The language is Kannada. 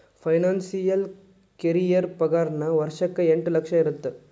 ಫೈನಾನ್ಸಿಯಲ್ ಕರಿಯೇರ್ ಪಾಗಾರನ ವರ್ಷಕ್ಕ ಎಂಟ್ ಲಕ್ಷ ಇರತ್ತ